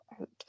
out